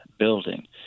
building